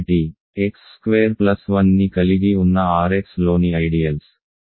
x square plus 1 ని కలిగి ఉన్న R xలోని ఐడియల్స్